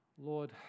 Lord